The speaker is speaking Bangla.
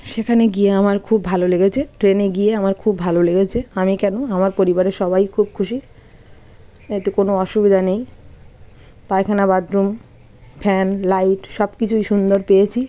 সেখানে গিয়ে আমার খুব ভালো লেগেছে ট্রেনে গিয়ে আমার খুব ভালো লেগেছে আমি কেনো আমার পরিবারের সবাই খুব খুশি এতে কোনো অসুবিধা নেই পাইখানা বাথরুম ফ্যান লাইট সব কিছুই সুন্দর পেয়েছি